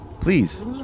Please